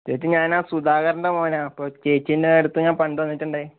ചേച്ചി ഞാൻ ആ സുധാകരൻ്റെ മകനാണ് അപ്പോൾ ചേച്ചീൻ്റെ അടുത്ത് ഞാൻ പണ്ട് വന്നിട്ടുണ്ടായിരുന്നു